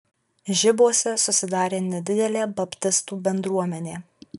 žibuose susidarė nedidelė baptistų bendruomenė